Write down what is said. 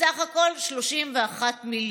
בסך הכול 31 מיליון.